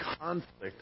conflict